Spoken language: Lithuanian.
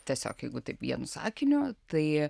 tiesiog jeigu taip vienu sakiniu tai